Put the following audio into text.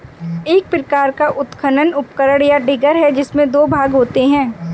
एक प्रकार का उत्खनन उपकरण, या डिगर है, जिसमें दो भाग होते है